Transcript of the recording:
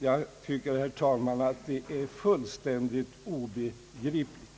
Jag tycker, herr talman, att detta är fullständigt obegripligt.